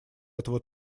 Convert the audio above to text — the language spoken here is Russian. этого